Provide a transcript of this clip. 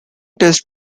test